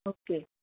okay